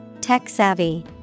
Tech-savvy